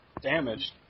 Damaged